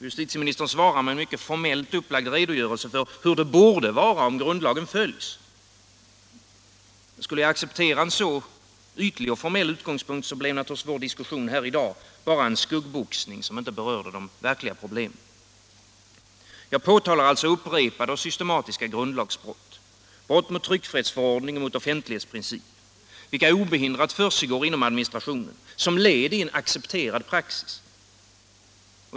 Justitieministern svarar med en mycket formellt upplagd redogörelse för hur det borde vara, om grundlagen följdes. Skulle jag acceptera en så ytlig och formell utgångspunkt blev vår diskussion här i dag bara en skuggboxning, som inte berörde de verkliga problemen. Jag påtalar alltså upprepade och systematiska grundlagsbrott — brott mot tryckfrihetsförordning och offentlighetsprincip — vilka obehindrat försiggår inom administrationen, som led i en accepterad praxis.